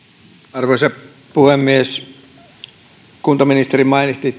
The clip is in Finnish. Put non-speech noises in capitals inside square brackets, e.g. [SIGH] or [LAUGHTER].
arvoisa puhemies kuntaministeri mainitsi [UNINTELLIGIBLE]